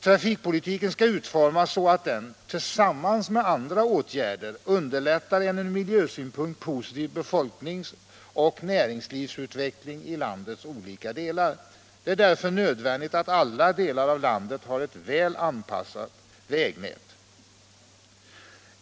Trafikpolitiken skall utformas så att den — tillsammans med andra åtgärder — underlättar en ur miljösynpunkt positiv befolkningsoch näringslivsutveckling i landets olika delar. Det är därför nödvändigt att alla delar av landet har ett väl anpassat vägnät.